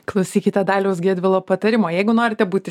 klausykite daliaus gedvilo patarimo jeigu norite būti